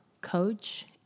coach